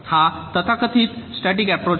हा तथाकथित static approach आहे